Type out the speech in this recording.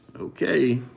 okay